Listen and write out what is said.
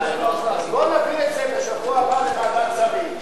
בוא נעביר את זה בשבוע הבא לוועדת שרים.